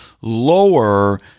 lower